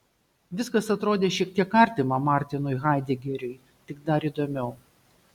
viskas atrodė šiek tiek artima martinui haidegeriui tik dar įdomiau